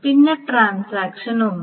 പിന്നെ ട്രാൻസാക്ഷൻ 1